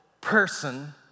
person